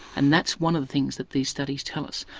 and that's one of the things that these studies tell us.